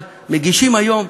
אבל מגישים היום,